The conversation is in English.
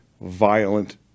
violent